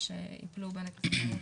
שייפלו בין הכיסאות.